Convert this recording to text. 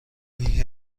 این